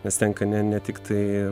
nes tenka ne ne tiktai